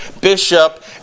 bishop